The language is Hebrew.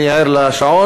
אני ער לשעון,